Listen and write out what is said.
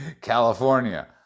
California